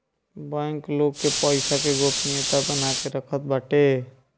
bank लोग के पईसा के गोपनीयता बना के रखत बाटे